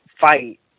fight